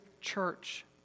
church